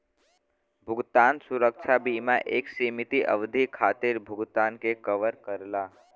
भुगतान सुरक्षा बीमा एक सीमित अवधि खातिर भुगतान के कवर करला